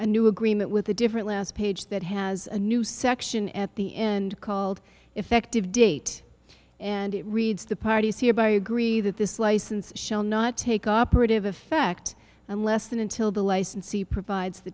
a new agreement with a different last page that has a new section at the end called effective date and it reads the parties here by agree that this license shall not take operative effect and less than until the licensee provides the